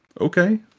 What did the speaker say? Okay